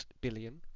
billion